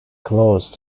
close